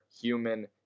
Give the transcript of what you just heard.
human